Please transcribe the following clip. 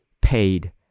paid